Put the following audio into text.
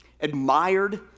admired